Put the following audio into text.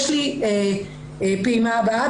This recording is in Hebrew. יש לי פעימה הבאה,